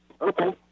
Okay